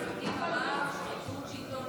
שחיתות שלטונית.